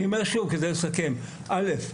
אני אומר שוב, כדי לסכם: א',